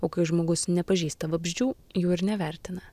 o kai žmogus nepažįsta vabzdžių jų ir nevertina